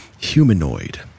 humanoid